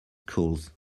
schools